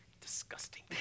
disgusting